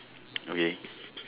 okay